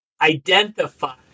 identify